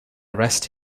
arrest